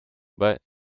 but